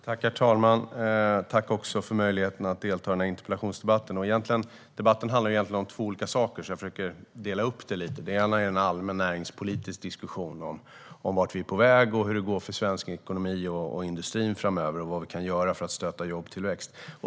Herr talman! Tack för möjligheten att delta i interpellationsdebatten. Debatten handlar egentligen om två olika saker, så jag försöker dela upp det lite. Det ena är en allmän näringspolitisk diskussion om vart vi är på väg, hur det går för svensk ekonomi och industrin framöver och vad vi kan göra för att stötta jobbtillväxt.